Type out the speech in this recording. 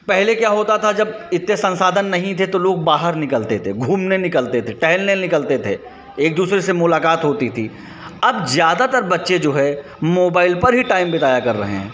पहले क्या होता था जब इतने संसाधन नहीं थे तो लोग बाहर निकलते थे घूमने निकलते थे टहलने निकलते थे एक दूसरे से मुलाक़ात होती थी अब ज़्यादातर बच्चे जो है मोबाइल पर ही टाइम बिताया कर रहे हैं